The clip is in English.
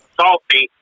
salty